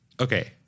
Okay